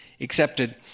accepted